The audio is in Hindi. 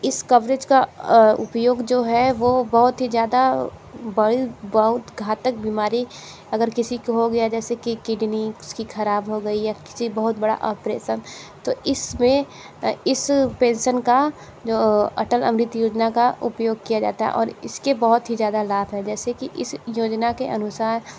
इस कवरेज़ का उपयोग जो है वह बहुत ही ज़्यादा बड़ी बहुत घातक बीमारी अगर किसी को हो गया जैसे की किडनी उसकी ख़राब हो गई या किसी बहुत बड़ा ऑपरेसन तो इसमें इस पेंसन का जो अटल अमृत योजना का उपयोग किया जाता है और इसके बहुत ही ज़्यादा लाभ हैं जैसे कि इस योजना के अनुसार